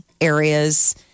areas